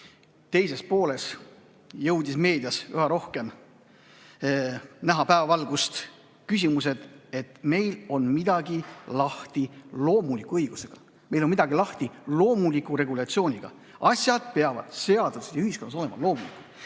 teises pooles jõudis meedias üha rohkem näha päevavalgust küsimus, et meil on midagi lahti loomuliku õigusega, meil on midagi lahti loomuliku regulatsiooniga. Asjad peavad seaduses ja ühiskonnas olema loomulikud.